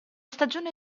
stagione